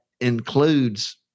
includes